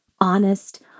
honest